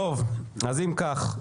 אם כך,